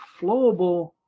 flowable